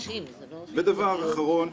דבר אחרון.